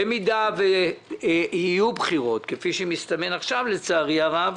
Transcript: במידה ויהיו בחירות, כפי שמסתמן עכשיו לצערי הרב